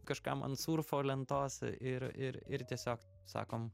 kažkam ant surfo lentos ir ir ir tiesiog sakom